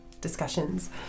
discussions